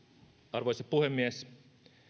arvoisa puhemies